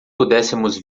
pudéssemos